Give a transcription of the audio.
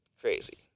crazy